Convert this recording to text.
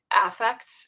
affect